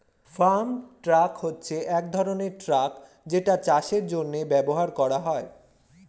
farm truck হচ্ছে এক ধরনের ট্রাক যেটা চাষের জন্য ব্যবহার করা হয়